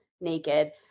naked